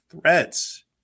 threats